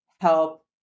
help